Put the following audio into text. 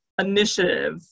initiative